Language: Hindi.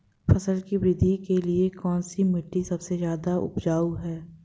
फसल की वृद्धि के लिए कौनसी मिट्टी सबसे ज्यादा उपजाऊ है?